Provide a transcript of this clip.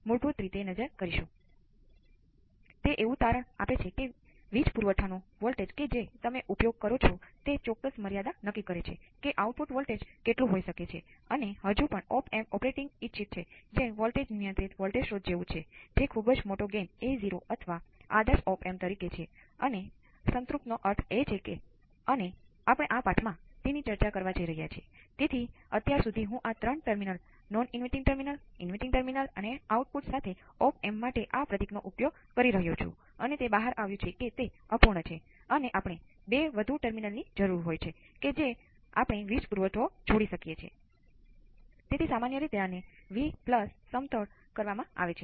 મૂળભૂત રીતે આપણે અગાઉ ચર્ચા કરેલા કોઈપણ કિસ્સાથી તે અલગ નથી પરંતુ તેમાં થોડું વધુ હિસાબી કામકાજ સામેલ છે